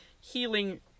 healing